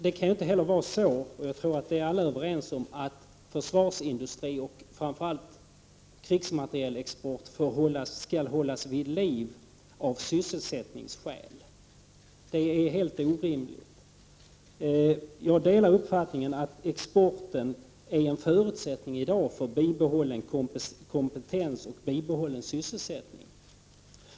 Jag tror också att alla är överens om att det är helt orimligt att försvarsindustri och framför allt krigsmaterielexport skall hållas vid liv av sysselsättningsskäl. Jag delar uppfattningen att exporten i dag är en förutsättning för bibehållen kompetens och bibehållen sysselsättning.